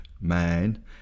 man